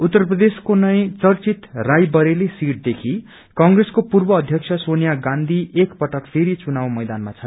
उत्तर प्रदेशको नै चर्चित रायबरेली सिटदेखि कंप्रेसको पूर्व अध्यक्ष सोनिया गौँधी एक पटक फेरि चुनाउ मैदानमा छन्